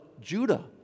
Judah